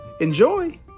Enjoy